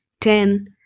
Ten